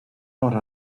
not